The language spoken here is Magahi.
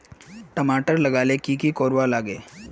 टमाटर लगा ले की की कोर वा लागे?